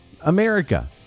America